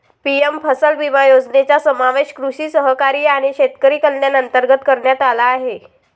PM फसल विमा योजनेचा समावेश कृषी सहकारी आणि शेतकरी कल्याण अंतर्गत करण्यात आला आहे